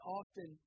often